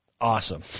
awesome